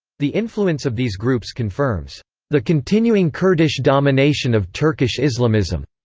the influence of these groups confirms the continuing kurdish domination of turkish islamism.